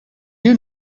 you